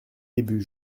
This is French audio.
début